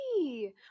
Hey